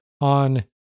on